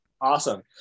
Awesome